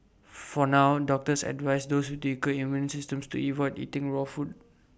for now doctors advise those with weaker immune systems to IT void eating raw food